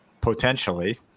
potentially